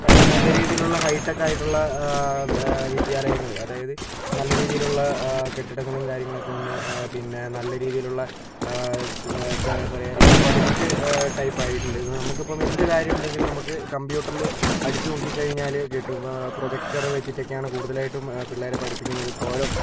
നല്ല രീതിയിലുള്ള ഹൈടെക്ക് ആയിട്ടുള്ള വിദ്യാലയങ്ങള് അതായത് നല്ല രീതിയിലുള്ള കെട്ടിടങ്ങളും കാര്യങ്ങളൊക്കെ വന്നു പിന്നെ നല്ല രീതിയിലുള്ള എന്താ പറയുക എല്ലാം പ്രൊജക്റ്റ് ടൈപ്പായിട്ടുണ്ട് നമുക്ക് ഇപ്പോൾ എന്ത് കാര്യമുണ്ടെങ്കിലും നമുക്ക് കംപ്യൂട്ടറില് അടിച്ച് നോക്കി കഴിഞ്ഞാല് കിട്ടും പ്രോജെക്ടറ് വച്ചിട്ടൊക്കെയാണ് കൂടുതലായിട്ടും പിള്ളേരെ പഠിപ്പിക്കുന്നത് ഇപ്പോൾ ഓരോ